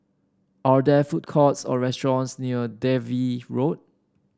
are there food courts or restaurants near Dalvey Road